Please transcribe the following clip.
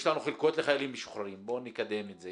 יש לנו חלקות לחיילים משוחררים, בואו נקדם את זה.